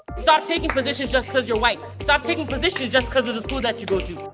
stop taking positions just cause you're white. stop taking positions just cause of the school that you go to.